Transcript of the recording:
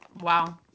wow